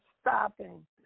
stopping